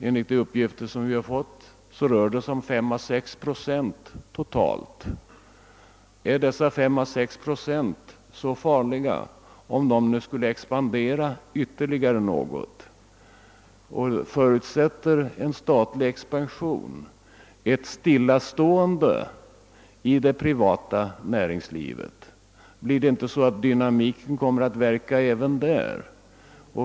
Enligt de uppgifter som vi har fått rör det sig totalt om 5 å 6 procent. är det nu så farligt om den statliga sektorn skulle expandera något, och skulle en statlig expansion medföra ett stillastående i det privata näringslivet? Kommer inte dynamiken att verka även där?